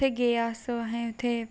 उत्थै गे अस असें उत्थै